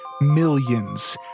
millions